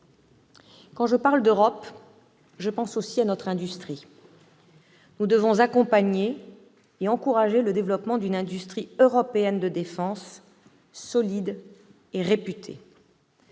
Quand je parle d'Europe, je pense aussi à notre industrie. Nous devons accompagner et encourager le développement d'une industrie européenne de défense solide et réputée.